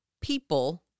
people